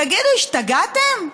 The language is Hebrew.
תגידו, השתגעתם?